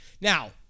now